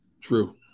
True